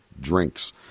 drinks